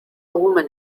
woman